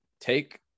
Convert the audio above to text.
take